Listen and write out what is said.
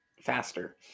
faster